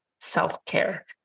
Self-care